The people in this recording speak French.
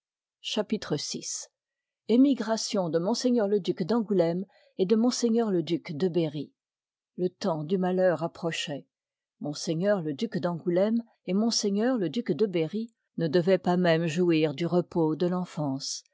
chapitre vl emigration de ms le duc d'jngouleme et de ms le duc de berrj le temps du malheur approchoit m le duc d'angouléme et m le duc de berry ne dévoient pas même jouir du repos de l'enfance